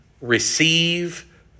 receive